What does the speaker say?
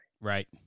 Right